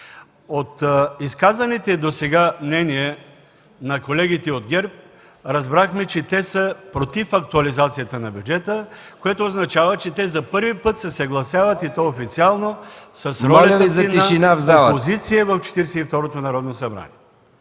От изказаните досега мнения на колегите от ГЕРБ разбрахме, че те са против актуализацията на бюджета, което означава, че те за първи път се съгласяват, и то официално, с ролята на опозиция в Четиридесет